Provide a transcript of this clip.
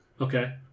Okay